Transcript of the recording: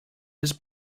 his